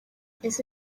ese